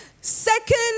Second